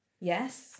Yes